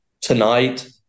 tonight